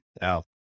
Now